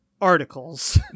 articles